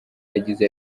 yagize